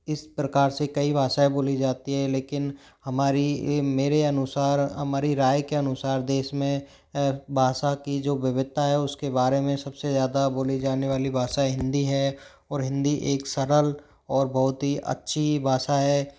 इस प्रकार से कई भाषाएँ बोली जाती है लेकिन हमारी मेरे अनुसार हमारी राय के अनुसार देश में भाषा की जो विविधता है उसके बारे में सबसे ज़्यादा बोली जाने वाली भाषा हिंदी है और हिंदी एक सरल और बहुत ही अच्छी भाषा है